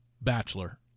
bachelor